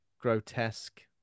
grotesque